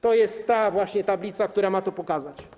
To jest właśnie tablica, która ma to pokazać.